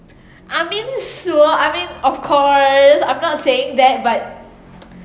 I mean sure I mean of course I'm not saying that but